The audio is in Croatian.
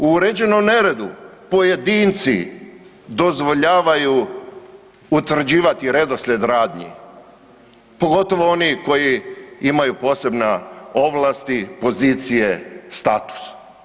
U uređenom neredu pojedinci dozvoljavaju utvrđivati redoslijed radnji, pogotovo oni koji imaju posebne ovlasti, pozicije, status.